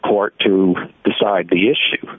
court to decide the issue